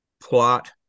plot